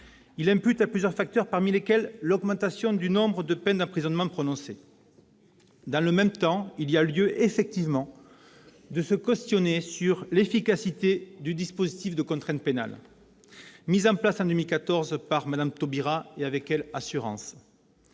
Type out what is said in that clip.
phénomène à plusieurs facteurs, parmi lesquels l'augmentation du nombre de peines d'emprisonnement prononcées. Dans le même temps, il y a effectivement lieu de s'interroger sur l'efficacité du dispositif de contrainte pénale, mis en place en 2014 par Mme Taubira- et avec quelle assurance